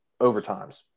overtimes